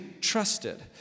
trusted